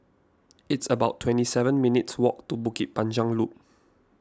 it's about twenty seven minutes' walk to Bukit Panjang Loop